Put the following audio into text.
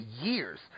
years